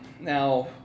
Now